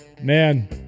Man